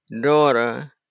daughter